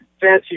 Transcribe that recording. fancy